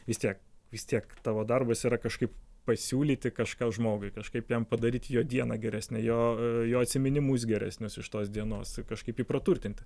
vis tiek vis tiek tavo darbas yra kažkaip pasiūlyti kažką žmogui kažkaip jam padaryti jo dieną geresne jo jo atsiminimus geresnius iš tos dienos kažkaip jį praturtinti